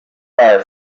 far